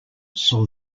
saw